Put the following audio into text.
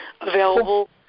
available